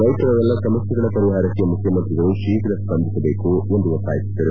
ರೈತರ ಎಲ್ಲ ಸಮಸ್ಯೆಗಳ ಪರಿಹಾರಕ್ಕೆ ಮುಖ್ಯಮಂತ್ರಿಗಳು ಶೀಘ್ರ ಸ್ವಂದಿಸಬೇಕು ಎಂದು ಒತ್ತಾಯಿಸಿದರು